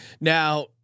now